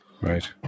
right